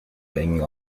banging